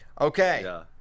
Okay